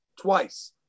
twice